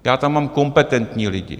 Já tam mám kompetentní lidi.